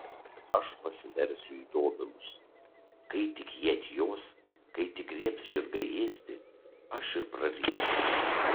aš pasiversiu į dobilus kai tik jie atjos kai tik griebs žirgai ėsti aš ir prarysiu